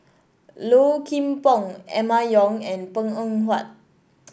Low Kim Pong Emma Yong and Png Eng Huat